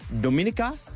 Dominica